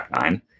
nine